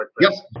Yes